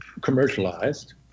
commercialized